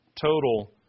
Total